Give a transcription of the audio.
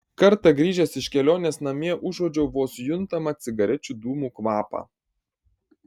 kartą grįžęs iš kelionės namie užuodžiau vos juntamą cigarečių dūmų kvapą